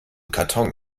karton